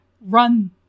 Run